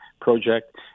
project